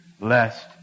Lest